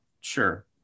Sure